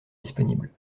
disponibles